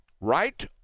right